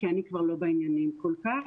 כי אני כבר לא בעניינים כל כך,